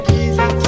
easy